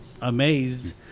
amazed